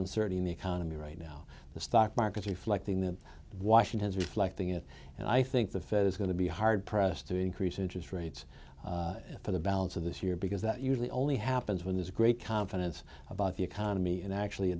uncertainty in the economy right now the stock market's reflecting that washington is reflecting it and i think the fed is going to be hard pressed to increase interest rates for the balance of this year because that usually only happens when there's great confidence about the economy and actually a